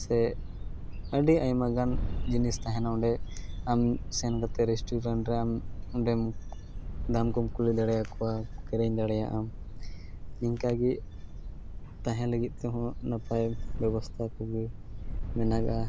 ᱥᱮ ᱟᱹᱰᱤ ᱟᱭᱢᱟᱜᱟᱱ ᱡᱤᱱᱤᱥ ᱛᱟᱦᱮᱱᱟ ᱚᱸᱰᱮ ᱟᱢ ᱥᱮᱱ ᱠᱟᱛᱮᱫ ᱨᱮᱥᱴᱩᱨᱮᱱᱴ ᱨᱮᱢ ᱚᱸᱰᱮᱢ ᱫᱟᱢᱠᱚᱢ ᱠᱩᱞᱤ ᱫᱟᱲᱮᱭᱟᱠᱚᱣᱟ ᱠᱤᱨᱤᱧ ᱫᱟᱲᱮᱭᱟᱜᱼᱟᱢ ᱱᱤᱝᱠᱟᱜᱮ ᱛᱮᱦᱮᱸ ᱞᱟᱹᱜᱤᱫ ᱛᱮᱦᱚᱸ ᱱᱟᱯᱟᱭ ᱵᱮᱵᱚᱥᱛᱟ ᱢᱮᱱᱟᱜᱼᱟ